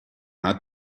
hat